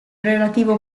relativo